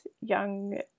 young